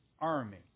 army